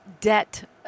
debt